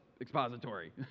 expository